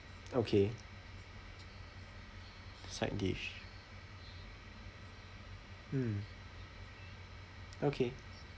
okay side dish mm okay